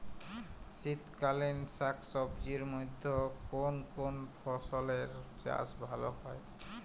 শীতকালীন শাকসবজির মধ্যে কোন কোন ফসলের চাষ ভালো হয়?